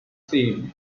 theme